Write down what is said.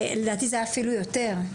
לדעתי זה היה אפילו יותר.